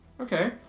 Okay